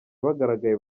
bagaragaye